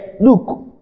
Look